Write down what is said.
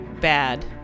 Bad